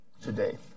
today